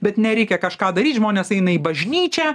bet nereikia kažką daryt žmonės eina į bažnyčią